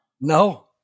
No